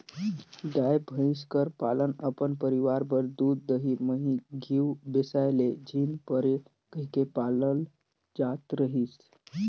गाय, भंइस कर पालन अपन परिवार बर दूद, दही, मही, घींव बेसाए ले झिन परे कहिके पालल जात रहिस